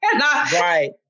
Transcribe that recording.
Right